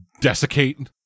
desiccate